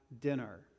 dinner